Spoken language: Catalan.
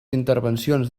intervencions